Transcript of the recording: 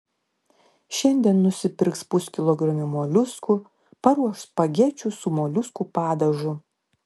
šiandien nusipirks puskilogramį moliuskų paruoš spagečių su moliuskų padažu